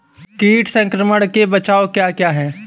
कीट संक्रमण के बचाव क्या क्या हैं?